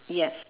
yes